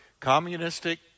communistic